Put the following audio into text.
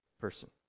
person